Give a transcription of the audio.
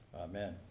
Amen